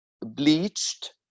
bleached